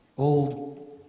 old